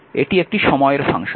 এটি একটি সময়ের ফাংশন